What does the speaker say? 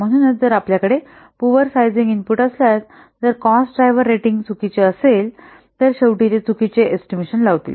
म्हणूनच जर आपल्याकडे पूवर सायझिंग इनपुट असल्यास जर कॉस्ट ड्रायव्हर रेटिंग चुकीचे असेल तर शेवटी ते चुकीचे एस्टिमेशन लावतील